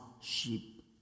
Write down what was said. sheep